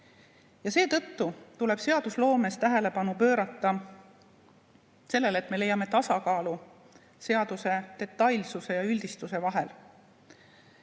Seetõttu tuleb seadusloomes tähelepanu pöörata sellele, et me leiame tasakaalu seaduse, detailsuse ja üldistuse vahel;